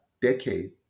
decade